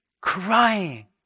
crying